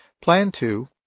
plan two